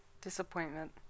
disappointment